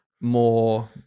more